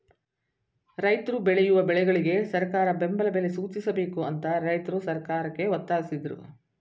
ರೈತ್ರು ಬೆಳೆಯುವ ಬೆಳೆಗಳಿಗೆ ಸರಕಾರ ಬೆಂಬಲ ಬೆಲೆ ಸೂಚಿಸಬೇಕು ಅಂತ ರೈತ್ರು ಸರ್ಕಾರಕ್ಕೆ ಒತ್ತಾಸಿದ್ರು